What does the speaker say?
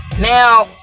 Now